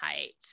height